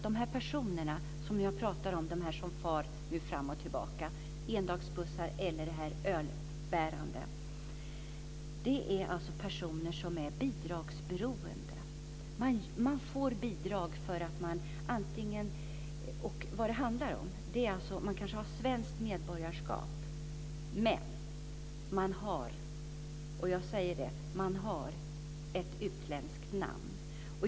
De personer som jag tidigare talade om och som far fram och tillbaka på endagsbussturer och som bär allt detta öl är alltså personer som är bidragsberoende. Vad det handlar om är att dessa kanske har svenskt medborgarskap men - och jag säger det - utländska namn.